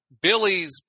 Billy's